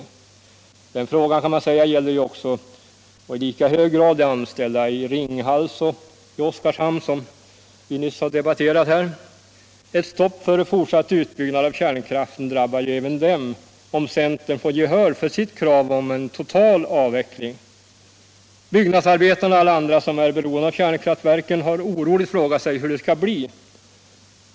Den frågan gäller ju i lika hög grad de anställda i Ringhals och Oskarshamn som vi nyss har debatterat. Ett stopp för fortsatt utbyggnad av kärnkraften drabbar även dem om centern får gehör för sitt krav om total avveckling. Byggnadsarbetarna och alla andra som är beroende av kärnkraftverken har oroligt frågat sig hur det skall bli.